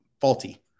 faulty